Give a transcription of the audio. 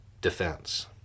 defense